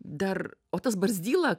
dar o tas barzdyla